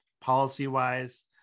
policy-wise